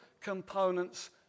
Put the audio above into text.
components